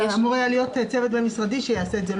אמור היה להיות צוות בין משרדי שיעשה את זה,